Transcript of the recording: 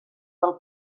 del